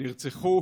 נרצחו